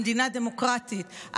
במדינה דמוקרטית,